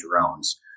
drones